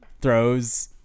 throws